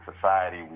society